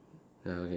ya okay